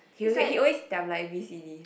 he will he always like V_C_D